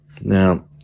Now